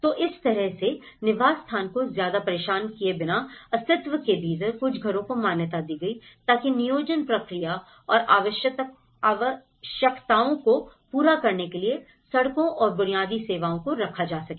तो उस तरह से निवास स्थान को ज्यादा परेशान किए बिना अस्तित्व के भीतर कुछ घरों को मान्यता दी गई ताकि नियोजित प्रक्रिया और आवश्यकताओं को पूरा करने के लिए सड़कों और बुनियादी सेवाओं को रखा जा सके